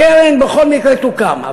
הקרן בכל מקרה תוקם,